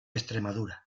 extremadura